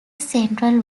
central